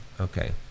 okay